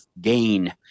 gain